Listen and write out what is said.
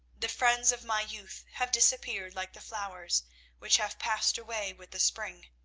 the friends of my youth have disappeared like the flowers which have passed away with the spring,